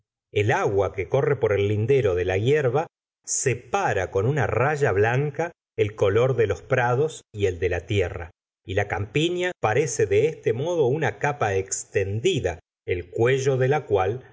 el agua que corre por el lindero de la hierba separa con una raya blanca el color de los prados y el de la tierra y la campiña parece de este modo una capa estendida el cuello de la cual